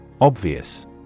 Obvious